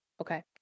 Okay